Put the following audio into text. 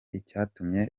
icyatumye